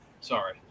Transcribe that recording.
sorry